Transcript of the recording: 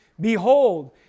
Behold